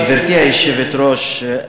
גברתי היושבת-ראש,